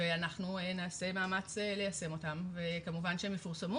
ואנחנו נעשה מאמץ ליישם אותן וכמובן שהן יפורסמו